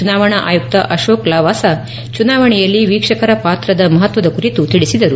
ಚುನಾವಣಾ ಆಯುಕ್ತ ಆಶೋಕ್ ಲಾವಾಸ ಚುನಾವಣೆಯಲ್ಲಿ ವೀಕ್ಷಕರ ಪಾತ್ರದ ಮಪತ್ವದ ಕುರಿತು ತಿಳಿಸಿದರು